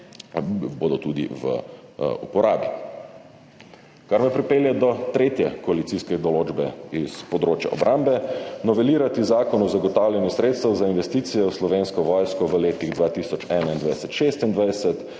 bodo tudi v uporabi. Kar me pripelje do tretje koalicijske določbe s področja obrambe: novelirati Zakon o zagotavljanju sredstev za investicije v Slovenski vojski v letih 2021 do 2026